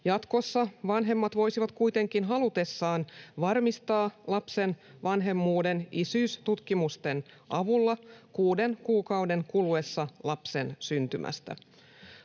Jatkossa vanhemmat voisivat kuitenkin halutessaan varmistaa lapsen vanhemmuuden isyystutkimusten avulla kuuden kuukauden kuluessa lapsen syntymästä.